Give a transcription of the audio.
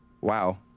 wow